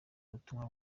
ubutumwa